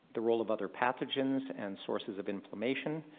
the role of other pathogens and sources of inflammation.